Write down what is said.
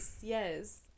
yes